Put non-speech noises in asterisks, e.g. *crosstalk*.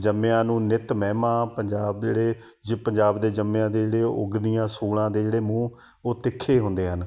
ਜੰਮਿਆ ਨੂੰ ਨਿੱਤ ਮਹਿਮਾ ਪੰਜਾਬ ਦੇ ਜਿਹੜੇ *unintelligible* ਪੰਜਾਬ ਦੇ ਜੰਮਿਆ ਦੇ ਜਿਹੜੇ ਉੱਗਦੀਆਂ ਸੂਲਾਂ ਦੇ ਜਿਹੜੇ ਮੂੰਹ ਉਹ ਤਿੱਖੇ ਹੁੰਦੇ ਹਨ